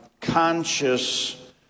conscious